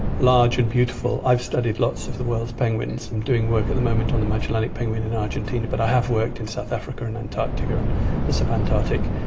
large and beautiful. i've studied lots of the world's penguins and doing work at the moment on the magellanic penguin in argentina, but i have worked in south africa and antarctica and the sub-antarctic.